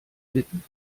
bitten